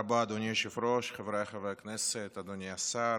היושב-ראש, חבריי חברי הכנסת, אדוני השר,